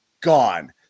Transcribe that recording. Gone